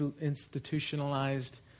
institutionalized